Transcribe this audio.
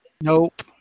Nope